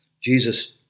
Jesus